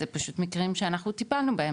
זה פשוט מקרים שאנחנו טיפלנו בהם,